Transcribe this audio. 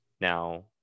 now